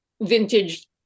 vintage